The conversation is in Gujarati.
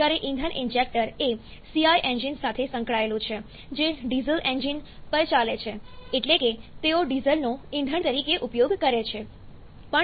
જ્યારે ઇંધન ઇન્જેક્ટર એ CI એન્જિન સાથે સંકળાયેલું છે જે ડીઝલ એન્જિન પર ચાલે છે એટલે કે તેઓ ડીઝલનો ઇંધણ તરીકે ઉપયોગ કરે છે